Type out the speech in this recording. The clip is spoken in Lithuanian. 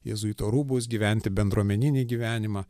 jėzuito rūbus gyventi bendruomeninį gyvenimą